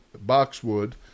Boxwood